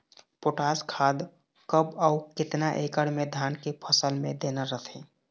Potash खाद कब अऊ केतना एकड़ मे धान के फसल मे देना रथे?